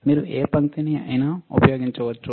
మీరు ఏ పంక్తిని అయినా ఉపయోగించవచ్చు